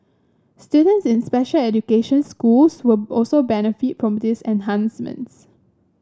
students in special education schools will also benefit from these enhancements